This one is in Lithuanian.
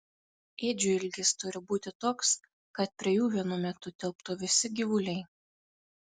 ėdžių ilgis turi būti toks kad prie jų vienu metu tilptų visi gyvuliai